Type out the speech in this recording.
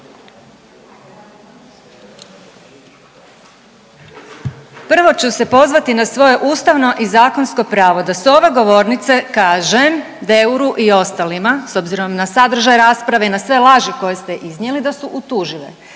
Prvo ću se pozvati na svoje ustavno i zakonsko pravo da sa ove govornice kažem Deuru i ostalima s obzirom na sadržaj rasprave i na sve laži koje ste iznijeli da su utužive.